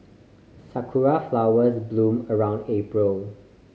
sakura flowers bloom around April